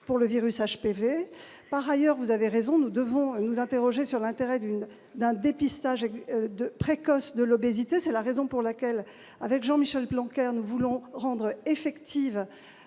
pour le virus HPV, par ailleurs, vous avez raison, nous devons nous interroger sur l'intérêt d'une d'un dépistage de précoce de l'obésité, c'est la raison pour laquelle, avec Jean-Michel flanker nous voulons rendre effective